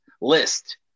list